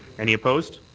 any opposed?